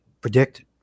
predict